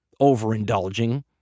overindulging